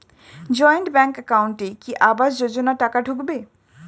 Joint bank একাউন্টে কি আবাস যোজনা টাকা ঢুকবে?